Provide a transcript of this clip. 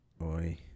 boy